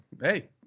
hey